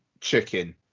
chicken